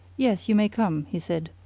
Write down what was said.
yes, you may come, he said,